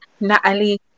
Natalie